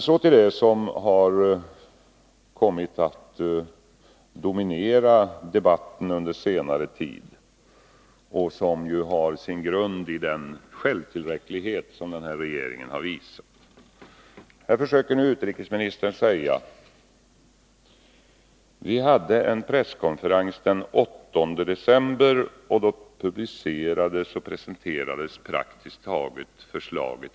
Så till det som har kommit att dominera debatten under senare tid och som har sin grund i den självtillräcklighet som den nuvarande regeringen har visat. Utrikesministern säger här: Vi hade en presskonferens den 8 december, och då publicerades och presenterades praktiskt taget hela förslaget.